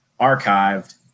archived